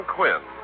Quinn